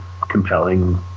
compelling